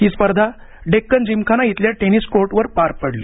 ही स्पर्धा डेक्कन जिमखाना इथल्या टेनिस कोर्टवर पार पडली